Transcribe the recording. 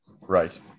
Right